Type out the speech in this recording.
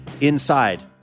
inside